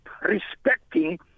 respecting